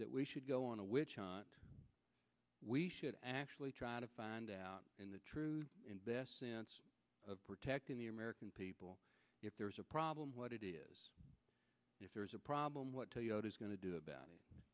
that we should go on a witch hunt we should actually try to find out in the truth in best sense of protecting the american people if there is a problem what it is if there is a problem what toyota's going to do about it